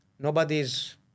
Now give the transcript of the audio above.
Nobody's